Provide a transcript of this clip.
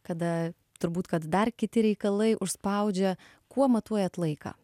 kada turbūt kad dar kiti reikalai užspaudžia kuo matuojat laiką